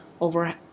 over